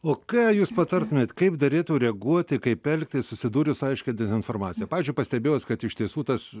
o ką jūs patartumėt kaip derėtų reaguoti kaip elgtis susidūrus su aiškia dezinformacija pavyzdžiui pastebėjus kad iš tiesų tas